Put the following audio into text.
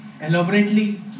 elaborately